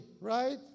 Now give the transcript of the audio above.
right